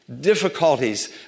Difficulties